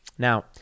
Now